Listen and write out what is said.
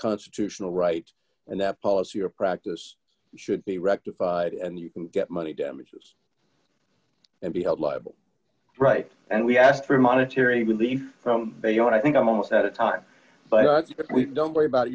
constitutional right and that policy or practice should be rectified and you can get money damages and be held liable right and we ask for monetary relief from you and i think i'm almost out of time but don't worry about